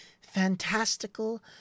fantastical